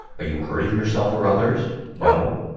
are you hurting yourself or others? no?